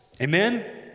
Amen